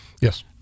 Yes